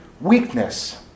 weakness